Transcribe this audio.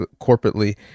corporately